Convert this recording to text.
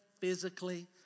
physically